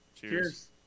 Cheers